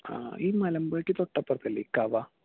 ആ ഈ മലമ്പുഴക്ക് തൊട്ടപ്പുറത്തല്ലേ കവ